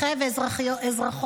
הזה,